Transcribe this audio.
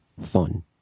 fun